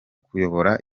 kuyobora